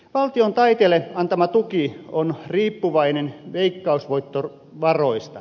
valtion taiteelle antama tuki on riippuvainen veikkausvoittovaroista